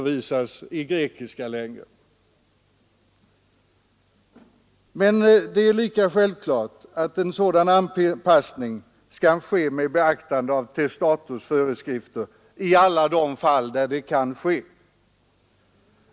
Men det är lika självklart att en sådan anpassning skall göras med beaktande av testators föreskrifter i alla de fall där detta kan ske.